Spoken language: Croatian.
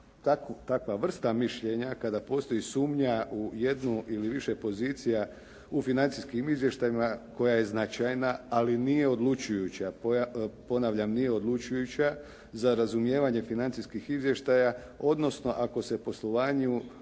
takva vrsta mišljenja kada postoji sumnja u jednu ili više pozicija u financijskim izvještajima koja je značajna, ali nije odlučujuća. Ponavljam, nije odlučujuća za razumijevanje financijskih izvještaja, odnosno ako se poslovanje